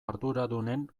arduradunen